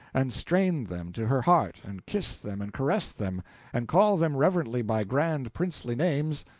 and strain them to her heart, and kiss them, and caress them, and call them reverently by grand princely names,